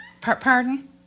Pardon